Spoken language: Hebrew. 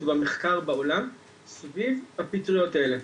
במחקר בעולם סביב הפטריות האלה.